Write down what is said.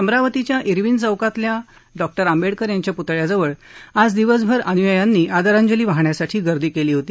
अमरावतीच्या जिविन चौकातील डॉक्टर बाबासाहेब आंबेडकर यांच्या प्रतळ्याजवळ आज दिवसभर अनुयायांनी आदरांजली वाहण्यासाठी गर्दी केली होती